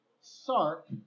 Sark